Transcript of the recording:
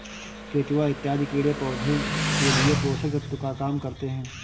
केचुआ इत्यादि कीड़े पौधे के लिए पोषक तत्व का काम करते हैं